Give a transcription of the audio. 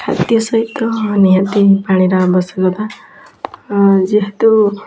ଖାଦ୍ୟ ସହିତ ନିହାତି ପାଣିର ଆବଶ୍ୟକତା ଯେହେତୁ